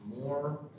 more